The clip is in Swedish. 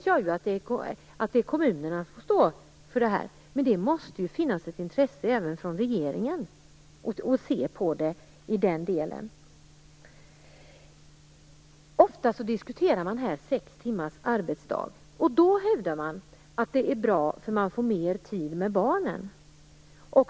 Jag vet att det är kommunerna som får stå för detta, men det måste finnas ett intresse även från regeringen av att se på den här delen. Ofta diskuteras här sex timmars arbetsdag. Då hävdas att detta är bra, eftersom man får mer tid med barnen.